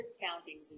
discounting